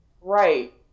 Right